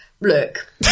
Look